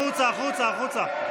החוצה, החוצה.